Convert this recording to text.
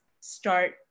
start